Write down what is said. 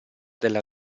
della